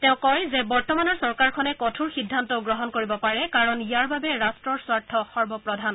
তেওঁ কয় যে বৰ্তমানৰ চৰকাৰখনে কঠোৰ সিদ্ধান্তও গ্ৰহণ কৰিব পাৰে কাৰণ ইয়াৰ বাবে ৰট্টৰ স্বাৰ্থ সৰ্বপ্ৰধান